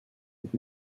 with